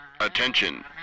Attention